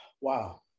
wow